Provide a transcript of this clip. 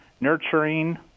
nurturing